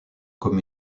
comme